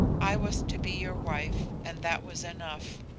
i was to be your wife and that was enough,